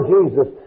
Jesus